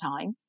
time